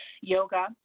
yoga